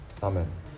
Amen